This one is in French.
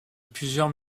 plusieurs